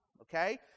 okay